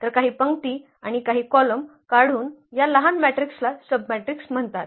तर काही पंक्ती आणि काही कॉलम काढून या लहान मॅट्रिक्सला सबमॅट्रिक्स म्हणतात